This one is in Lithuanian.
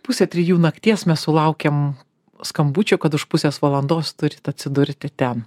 pusę trijų nakties mes sulaukiam skambučio kad už pusės valandos turit atsidurti ten